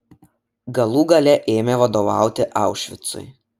galų gale ėmė vadovauti aušvicui